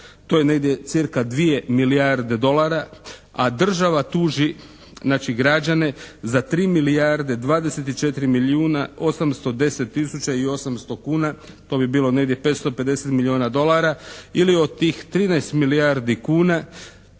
To je negdje cirka 2 milijarde dolara a država tuži znači građane za 3 milijarde 24 milijuna 810 tisuća i 800 kuna. To bi bilo negdje 550 milijuna dolara. Ili od tih 13 milijardi kuna